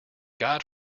god